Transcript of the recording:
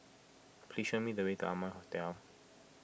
please show me the way to Amoy Hotel